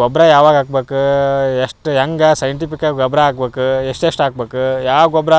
ಗೊಬ್ಬರ ಯಾವಾಗ ಹಾಕ್ಬೇಕು ಎಷ್ಟು ಹೆಂಗೆ ಸೈಂಟಿಪಿಕಾಗಿ ಗೊಬ್ಬರ ಹಾಕ್ಬೇಕು ಎಷ್ಟು ಎಷ್ಟು ಹಾಕ್ಬೇಕು ಯಾವ ಗೊಬ್ಬರ